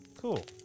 Cool